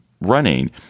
running